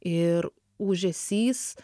ir užesys